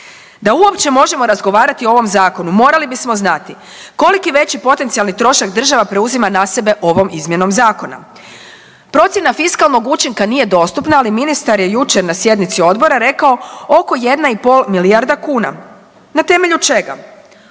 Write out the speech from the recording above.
Da uopće možemo razgovarati o ovom zakonu morali bismo znati koliko veći potencijalni trošak država preuzima na sebe ovom izmjenom zakona. Procjena fiskalnog učinka nije dostupna, ali ministar je jučer na sjednici odbora rekao oko 1,5 milijarda kuna. Na temelju čega?